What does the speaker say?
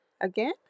Again